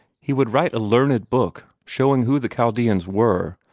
he would write a learned book, showing who the chaldeans were,